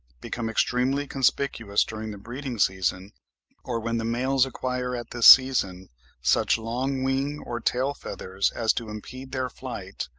become extremely conspicuous during the breeding-season or when the males acquire at this season such long wing or tail-feathers as to impede their flight,